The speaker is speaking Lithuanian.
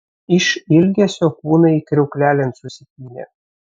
iš ilgesio kūnai kriauklelėn susipynė